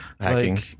hacking